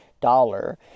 dollar